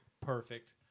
perfect